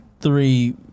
three